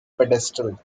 pedestal